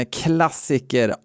klassiker